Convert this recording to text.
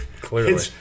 clearly